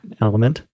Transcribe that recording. element